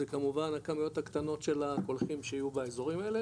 זה כמובן הכמויות הקטנות של הקולחין שיהיו אזורים האלה,